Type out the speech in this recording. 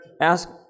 Ask